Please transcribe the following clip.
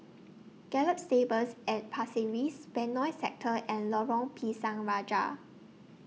Gallop Stables At Pasir Ris Benoi Sector and Lorong Pisang Raja